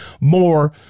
more